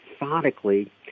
methodically